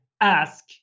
ask